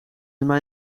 mij